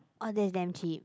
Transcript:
oh that's damn cheap